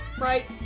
Right